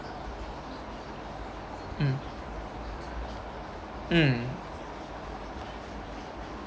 mm mm